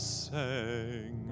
sang